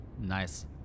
nice